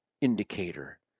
indicator